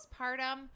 postpartum